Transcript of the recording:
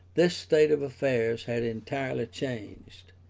this state of affairs had entirely changed.